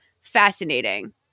Fascinating